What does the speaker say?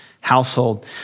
household